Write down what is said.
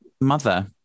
mother